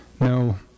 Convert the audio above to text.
No